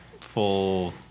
full